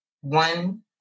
one